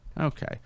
Okay